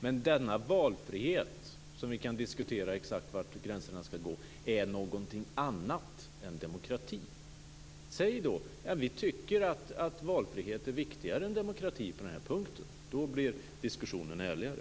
Men denna valfrihet - och vi kan diskutera exakt var gränserna skall gå - är någonting annat än demokrati. Säg då: Ja, vi tycker att valfrihet är viktigare än demokrati på den här punkten. Då blir diskussionen ärligare.